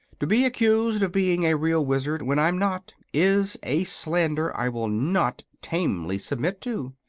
to be accused of being a real wizard, when i'm not, is a slander i will not tamely submit to.